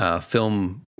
film